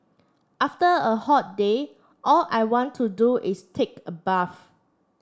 after a hot day all I want to do is take a bath